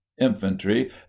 Infantry